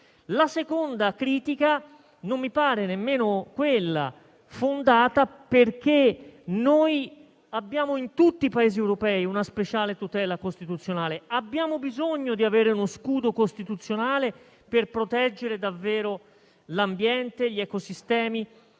la seconda critica non mi pare fondata, perché in tutti i Paesi europei abbiamo una speciale tutela costituzionale. Abbiamo bisogno di avere uno scudo costituzionale per proteggere davvero l'ambiente e gli ecosistemi,